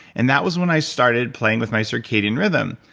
and that was when i started playing with my circadian rhythm.